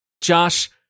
Josh